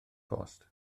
post